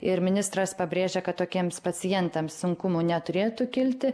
ir ministras pabrėžė kad tokiems pacientams sunkumų neturėtų kilti